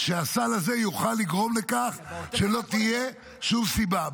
הסל הזה יוכל לגרום לכך שלא תהיה שום סיבה.